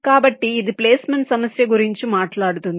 కాబట్టి ఇది ప్లేస్మెంట్ సమస్య గురించి మాట్లాడుతుంది